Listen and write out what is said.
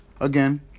again